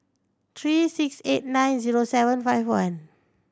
three six eight nine zero seven five one